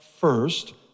first